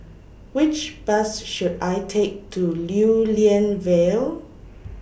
Which Bus should I Take to Lew Lian Vale